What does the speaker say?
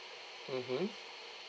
mmhmm